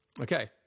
Okay